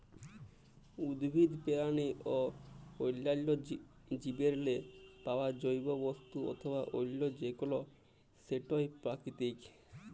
উদ্ভিদ, পেরানি অ অল্যাল্য জীবেরলে পাউয়া জৈব বস্তু অথবা অল্য যে কল সেটই পেরাকিতিক